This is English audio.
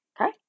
Okay